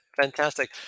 fantastic